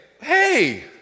hey